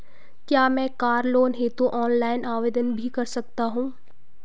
क्या मैं car loan हेतु ऑनलाइन आवेदन भी कर सकता हूँ?